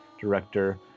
director